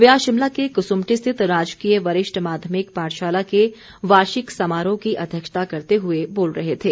वे आज शिमला के कसुम्पटी स्थित राजकीय वरिष्ठ माध्यमिक पाठशाला के वार्षिक समारोह की अध्यक्षता करते हुए बोल रहे थे